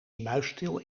muisstil